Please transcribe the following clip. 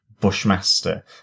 Bushmaster